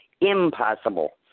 impossible